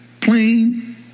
plain